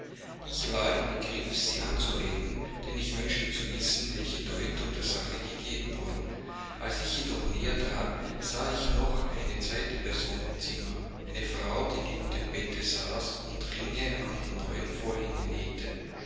ich war im begriff sie anzureden denn ich wünschte zu wissen welche deutung der sache gegeben worden als ich jedoch näher trat sah ich noch eine zweite person im zimmer eine frau die neben dem bette saß und ringe an die neuen vorhänge nähte